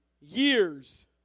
years